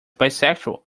bisexual